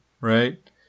right